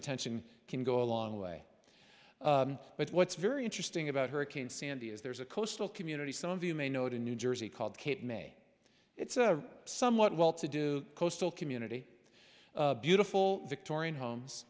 attention can go a long way but what's very interesting about hurricane sandy is there's a coastal community some of you may know it in new jersey called cape may it's a somewhat well to do coastal community beautiful victorian homes